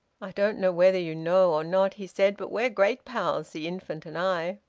i don't know whether you know or not, he said, but we're great pals, the infant and i.